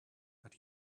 but